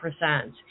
percent